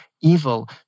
evil